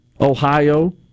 Ohio